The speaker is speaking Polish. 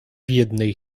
jednej